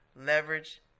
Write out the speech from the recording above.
leverage